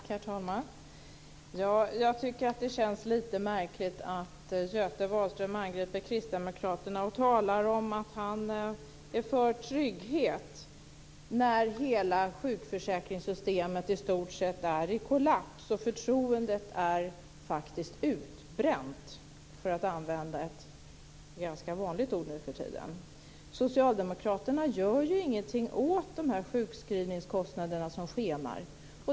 Herr talman! Jag tycker att det känns lite märkligt att Göte Wahlström angriper Kristdemokraterna och talar om att han är för trygghet när hela sjukförsäkringssystemet i stort sett är i kollaps. Förtroendet är faktiskt utbränt, för att använda ett ord som är ganska vanligt nuförtiden. Socialdemokraterna gör ju ingenting åt de här sjukskrivningskostnaderna som skenar.